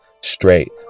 straight